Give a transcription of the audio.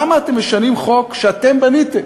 למה אתם משנים חוק שאתם בניתם?